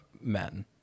men